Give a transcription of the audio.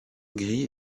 gris